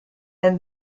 and